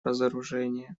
разоружения